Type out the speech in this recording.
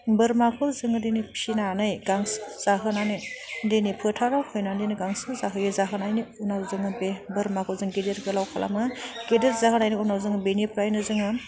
बोरमाखौ जोङो दिनै फिसिनानै गांसो जाहोनानै दिनै फोथाराव खैनानै दोनो गांसो जाहोयो जाहोनायनि उनाव जोङो बे बोरमाखौ जों गिदिर गोलाव खालामो गेदेर जाहोनायनि उनाव जोङो बेनिफ्रायनो जोङो